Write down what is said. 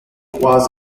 was